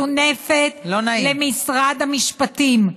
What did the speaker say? שמסונפת למשרד המשפטים,